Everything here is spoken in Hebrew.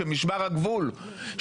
הדבר השני,